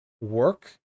work